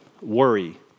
worry